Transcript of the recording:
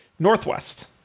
Northwest